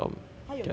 他有 econs notes